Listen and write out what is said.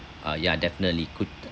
uh ya definitely could